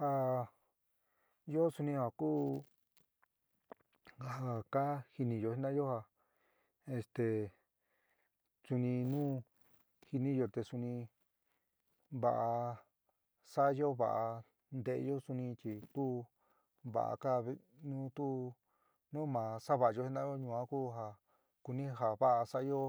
Ja ɨó suni ja ku ja ka jiniyó jina'ayo ja este suni nu jiniyó te suni va'a sa'ayo vaa ntéeyo suni chi tu va'a kaá vi, nu tu nu ma sa'a va'ayo jina'ayo yuan ku ja kuni ja vaá sa'ayo